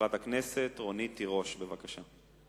חברת הכנסת רונית תירוש, בבקשה.